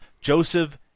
Joseph